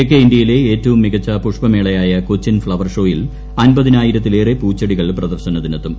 തെക്കേ ഇന്ത്യയിലെ ഏറ്റവും മികച്ച പുഷ്പമേളയായ പ്രകൃകാച്ചിൻ ഫ്ളവർ ഷോയിൽ അൻപതിനായിരത്തിലേറെ പൂച്ചെടികൾ പ്രദർശനത്തിന് എത്തും